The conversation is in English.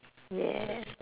yes